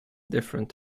different